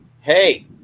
hey